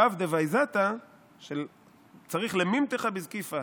וי"ו דויזתא צריך למימתחה בזקיפא